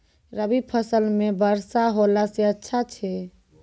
रवी फसल म वर्षा होला से अच्छा छै?